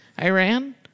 Iran